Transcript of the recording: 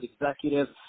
executives